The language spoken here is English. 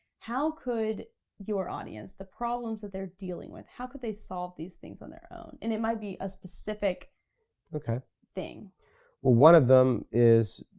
how could your audience, the problems that they're dealing with, how could they solve these things on their own? and it might be a specific okay. thing. well one of them is,